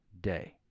day